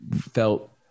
felt